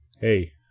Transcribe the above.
Hey